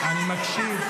אני מקשיב.